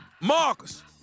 Marcus